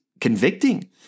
convicting